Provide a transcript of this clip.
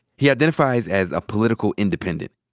he identifies as a political independent,